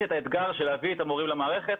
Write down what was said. יש את האתגר של להביא את המורים למערכת,